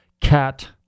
Cat